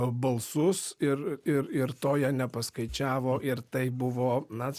balsus ir ir ir to jie nepaskaičiavo ir tai buvo na